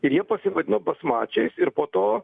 ir jie pasivadino basmačiais ir po to